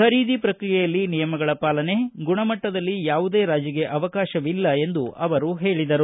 ಖರೀದಿ ಪ್ರಕ್ರಿಯೆಯಲ್ಲಿ ನಿಯಮಗಳ ಪಾಲನೆ ಗುಣಮಟ್ಟದಲ್ಲಿ ಯಾವುದೇ ರಾಜಿಗೆ ಅವಕಾಶವಿಲ್ಲ ಎಂದು ಅವರು ಹೇಳಿದರು